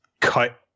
cut